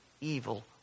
evil